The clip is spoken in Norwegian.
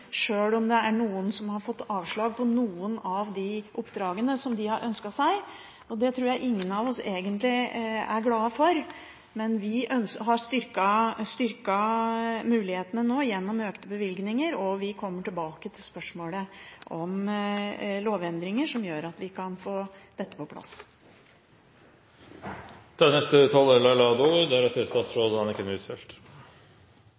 sjøl om det er noen som har fått avslag på noen av de oppdragene som de har ønsket seg. Det tror jeg ingen av oss egentlig er glad for. Men vi har styrket mulighetene nå gjennom økte bevilgninger, og vi kommer tilbake til spørsmålet om lovendringer, som gjør at vi kan få dette på plass. Dette Dokument 8-forslaget fra Kristelig Folkeparti dreier seg om en ufattelig sak. Det er